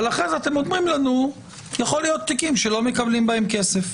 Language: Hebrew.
אבל אחרי זה אתם אומרים לנו שיכול להיות שיש תיקים שלא מקבלים בהם כסף.